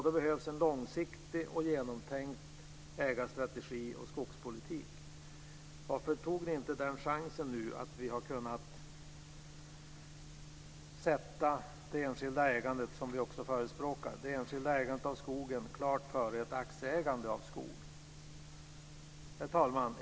Då behövs det en långsiktig, genomtänkt ägarstrategi och skogspolitik. Varför tog ni inte den här chansen att sätta det enskilda ägandet av skogen, som vi också förespråkar, klart före ett aktieägande av skog? Herr talman!